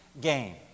game